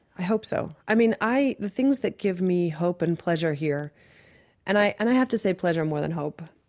i hope so. i mean, the things that give me hope and pleasure here and i and i have to say pleasure more than hope,